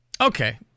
Okay